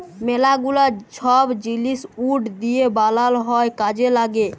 ম্যালা গুলা ছব জিলিস উড দিঁয়ে বালাল হ্যয় কাজে ল্যাগে